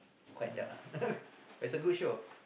quite dark ah but it's a good show